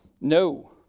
No